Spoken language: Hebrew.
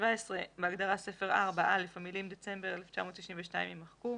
בהגדרה "ספר 4": המילים "December 1992", יימחקו.